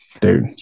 dude